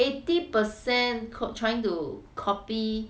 eighty percent caught trying to copy